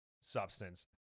substance